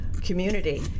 community